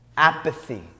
Apathy